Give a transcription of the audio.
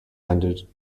ended